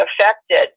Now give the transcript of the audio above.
affected